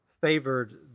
favored